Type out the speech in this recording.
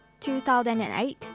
2008